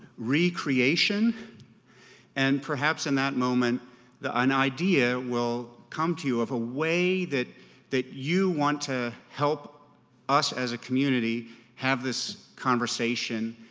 re-creation and perhaps in that moment an idea will come to you of a way that that you want to help us as a community have this conversation,